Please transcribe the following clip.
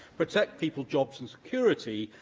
protect people's jobs and security,